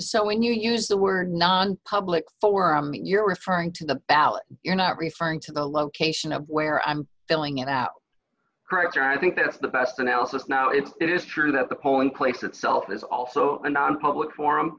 so when you use the were nonpublic forum you're referring to the ballot you're not referring to the location of where i'm filling it out correctly i think that's the best analysis now if it is true that the polling place itself is also a nonpublic forum